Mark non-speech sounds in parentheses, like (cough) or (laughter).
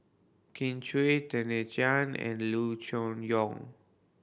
Kin Chui Tan (unintelligible) and Loo Choon Yong